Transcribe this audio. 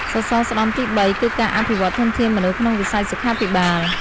សសរស្តម្ភទី៣គឺការអភិវឌ្ឍធនធានមនុស្សក្នុងវិស័យសុខាភិបាល។